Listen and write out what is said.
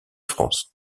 france